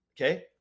Okay